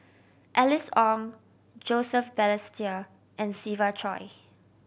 Alice Ong Joseph Balestier and Siva Choy